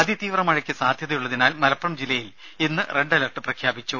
അതിതീവ്രമഴക്ക് സാധ്യതയുള്ളതിനാൽ മലപ്പുറം ജില്ലയിൽ ഇന്ന് റെഡ് അലർട്ട് പ്രഖ്യാപിച്ചു